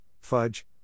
fudge